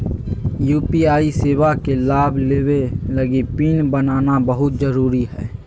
UPI सेवा के लाभ लेबे लगी पिन बनाना बहुत जरुरी हइ